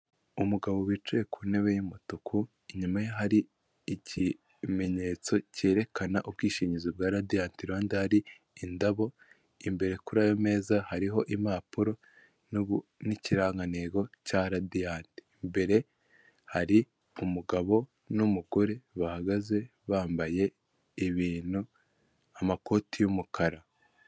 Umugabo wicaye ku ntebe y'umutuku inyuma ye hari ikimenyetso kerekana ubwishingizi bwa radiyanti iruhande hari indabo imbere kuri ayo meza hariho impapuro n'ikirangantego cya radiyanti imbere hari umugabo n'umugore bahagaze bambaye ibintu amakoti y'umukara.